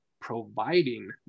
providing